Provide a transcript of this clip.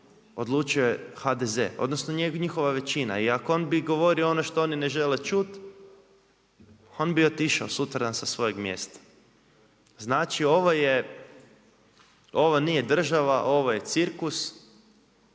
njegovoj HDZ odnosno njihova većina, i ako on bi govorio ono što oni ne žele čuti, on bi otišao sutradan sa svojeg mjesta. Znači ovo nije država, ovo je cirkus